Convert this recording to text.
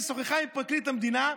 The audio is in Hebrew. ששוחחה עם פרקליט המדינה,